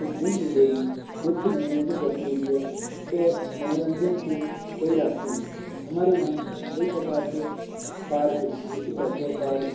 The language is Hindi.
उज्जैन जिले में मुख्य मनोरंजन गतिविधियाँ और मनोरंजन के कई रास्ते हैं हमारे यहाँ कई प्रकार के पार्क हैं जैसे चौकोर पार्क